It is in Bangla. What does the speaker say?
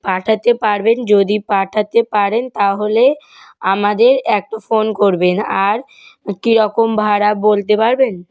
পাঠাতে পারবেন যদি পাঠাতে পারেন তাহলে আমাদের একটা ফোন করবেন আর কী রকম ভাড়া বলতে পারবেন